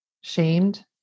shamed